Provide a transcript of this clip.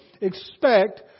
expect